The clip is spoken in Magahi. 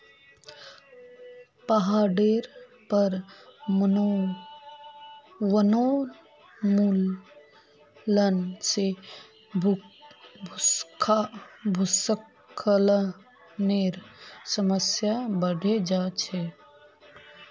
पहाडेर पर वनोन्मूलन से भूस्खलनेर समस्या बढ़े जा छे